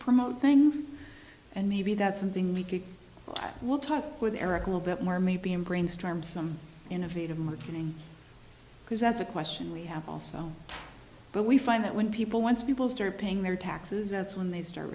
promote things and maybe that's something we could we'll talk with eric little bit more maybe in brainstorm some innovative marketing because that's a question we have also but we find that when people once people start paying their taxes that's when they start